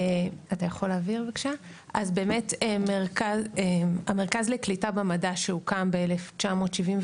אז באמת המרכז לקליטה במדע שהוקם ב-1973